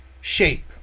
shape